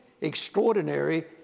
extraordinary